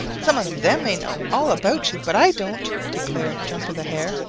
some of them may know all about you, but i don't, declared jumper the hare.